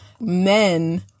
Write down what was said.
men